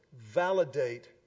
validate